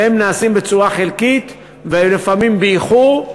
והקיזוזים נעשים בצורה חלקית ולפעמים באיחור,